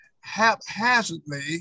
haphazardly